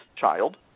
child